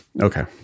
Okay